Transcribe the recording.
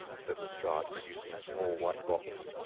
said lestrade, producing a small white box